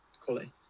Quality